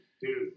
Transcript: Dude